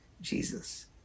Jesus